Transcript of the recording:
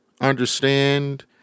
understand